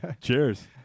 Cheers